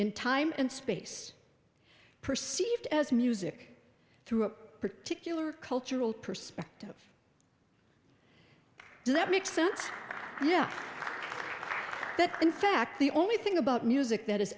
in time and space perceived as music through a particular cultural perspective does that make sense yeah that in fact the only thing about music that is